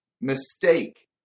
mistake